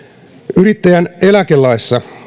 yrittäjän eläkelaissa